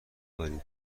داریم